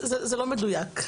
זה לא מדויק.